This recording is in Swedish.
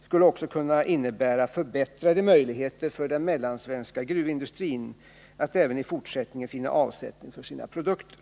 skulle också kunna innebära förbättrade möjligheter för den mellansvenska gruvindustrin att även i fortsättningen finna avsättning för sina produkter.